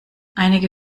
einige